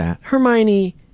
Hermione